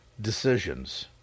decisions